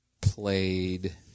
played